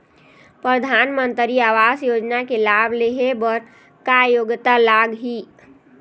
परधानमंतरी आवास योजना के लाभ ले हे बर का योग्यता लाग ही?